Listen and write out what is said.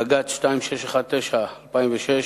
בג"ץ 2619/06,